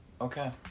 Okay